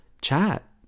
chat